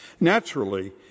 Naturally